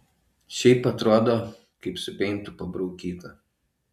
šiaip atrodo kaip su peintu pabraukyta